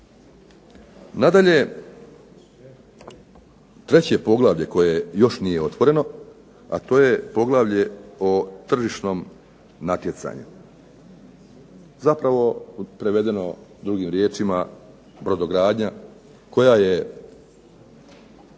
Nadalje, treće poglavlje koje još nije otvoreno,a to je Poglavlje o tržišnom natjecanju. Zapravo prevedeno drugim riječima brodogradnja koja je,